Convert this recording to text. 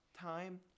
time